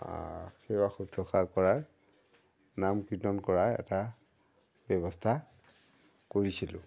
সেৱা শুশ্ৰূষা কৰাৰ নাম কীৰ্তন কৰাৰ এটা ব্যৱস্থা কৰিছিলোঁ